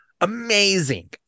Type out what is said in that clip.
Amazing